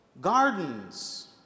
gardens